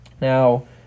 Now